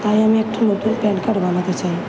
তাই আমি একটা নতুন প্যান কার্ড বানাতে চাই